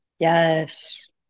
Yes